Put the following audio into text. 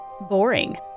boring